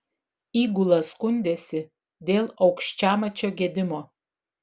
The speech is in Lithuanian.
įgula skundėsi dėl aukščiamačio gedimo